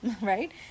right